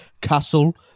Castle